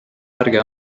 ärge